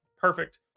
Perfect